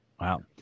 Wow